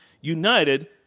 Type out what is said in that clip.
united